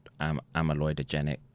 amyloidogenic